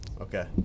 Okay